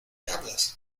hablas